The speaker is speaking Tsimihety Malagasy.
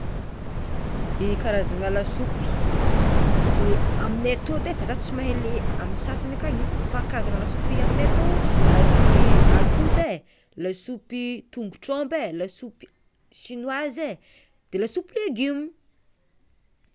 I karazagna lasopy e aminay atô edy e fa za tsy mahay le amy sasany akagny fa karazana lasopy aminay atô: lasopy atody e, lasopy tôngotr'omby e, lasopy chinoise e, de lasopy legioma.